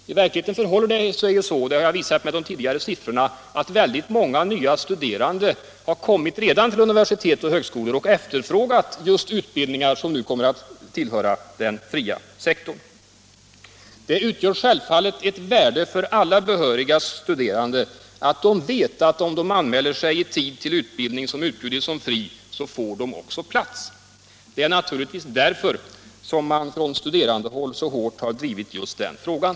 I verkligheten förhåller det sig så — och det har jag visat med de siffror jag tidigare anfört — att väldigt många nya studerande vid universitet och högskolor redan har efterfrågat just utbildningar som nu kommer att tillhöra den fria sektorn. Det utgör självfallet ett värde för alla behöriga studerande att veta att om de anmäler sig i tid till utbildning som utbjudits som fri, så får de också plats. Det är naturligtvis därför som man från studerandehåll så hårt har drivit just den här frågan.